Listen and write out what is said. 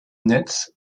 netz